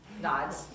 nods